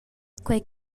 quei